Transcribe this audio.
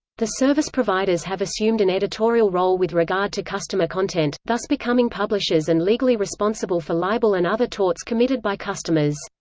the service providers have assumed an editorial role with regard to customer content, thus becoming publishers and legally responsible for libel and other torts committed by customers.